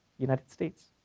united states,